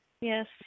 Yes